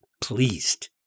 pleased